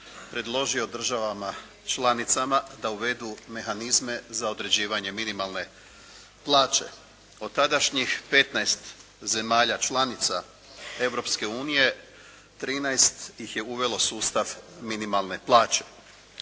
predložio državama članicama da uvedu mehanizme za određivanje minimalne plaće. Od tadašnjih 15 zemalja članica Europske unije 13 ih je uvelo sustav minimalne plaće.